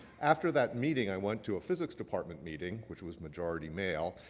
after that meeting, i went to a physics department meeting, which was majority male.